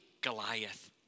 Goliath